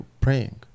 praying